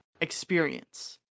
experience